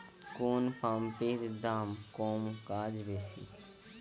কোন পাম্পের দাম কম কাজ বেশি?